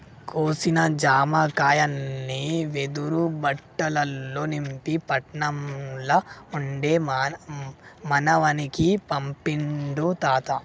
కోసిన జామకాయల్ని వెదురు బుట్టలల్ల నింపి పట్నం ల ఉండే మనవనికి పంపిండు తాత